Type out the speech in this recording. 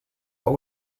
but